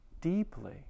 deeply